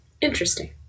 Interesting